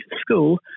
school